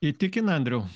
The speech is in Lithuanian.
įtikina andriau